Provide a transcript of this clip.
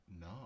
no